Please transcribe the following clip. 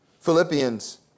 Philippians